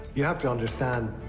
you have to understand,